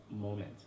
moment